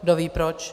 Kdoví proč?